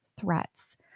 threats